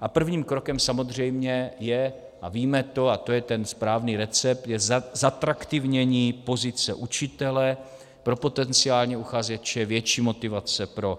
A prvním krokem samozřejmě je, a víme to, a to je ten správný recept, je zatraktivnění pozice učitele pro potenciální uchazeče, větší motivace pro